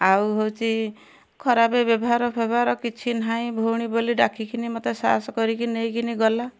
ଆଉ ହଉଛି ଖରାପେ ବ୍ୟବହାର ଫେବହାର କିଛି ନାହିଁ ଭଉଣୀ ବୋଲି ଡ଼ାକିକିନି ମତେ ସାହସ କରିକି ନେଇକିନି ଗଲା